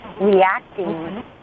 reacting